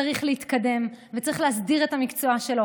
צריך להתקדם וצריך להסדיר את המקצוע שלו